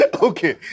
Okay